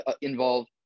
involve